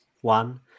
one